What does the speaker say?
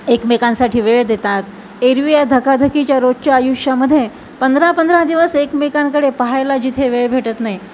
एकमेकांसाठी वेळ देतात एरवी या धकाधकीच्या रोजच्या आयुष्यामध्ये पंधरा पंधरा दिवस एकमेकांकडे पाहायला जिथे वेळ भेटत नाही